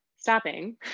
stopping